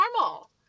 normal